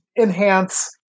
enhance